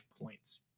points